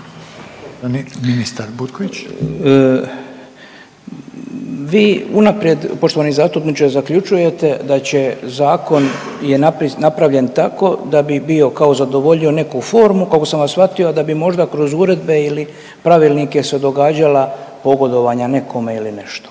Oleg (HDZ)** Vi unaprijed poštovani zastupniče zaključujete da će zakon je napravljen tako da bi bio kao zadovoljio neku formu kako sam vas shvatio da bi možda kroz uredbe ili pravilnike se događala pogodovanja nekome ili nešto.